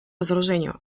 разоружению